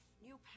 new